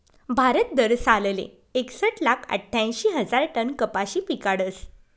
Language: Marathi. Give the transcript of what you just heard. भारत दरसालले एकसट लाख आठ्यांशी हजार टन कपाशी पिकाडस